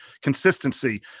consistency